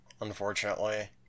unfortunately